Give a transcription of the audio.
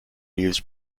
used